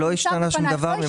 לא השתנה שום דבר.